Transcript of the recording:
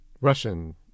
Russian